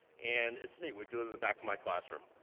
and it's neat. we do it in the back of my classroom.